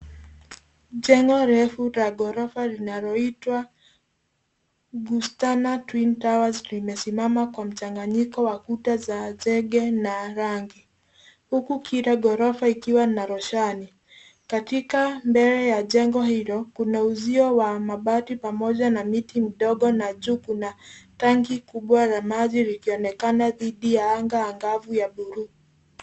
Jengo refu la ghorofa linaloitwa Gustana Twin Towers limesimama kwa mchanganyiko wa kuta za zege na rangi huku kila ghorofa ikiwa na roshani. Katika mbele ya jengo hilo kuna uzio wa mabati pamoja na miti mdogo na juu kuna tanki kubwa la maji likionekana dhidi ya anga angavu ya buluu.